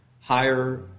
higher